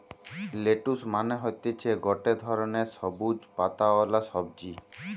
lettuce মানে হতিছে গটে ধরণের সবুজ পাতাওয়ালা সবজি